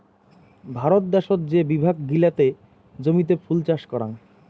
ভারত দ্যাশোত যে বিভাগ গিলাতে জমিতে ফুল চাষ করাং